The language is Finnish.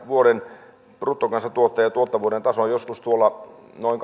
vuoden kaksituhattakahdeksan bruttokansantuotteen ja tuottavuuden tason joskus noin